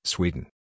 Sweden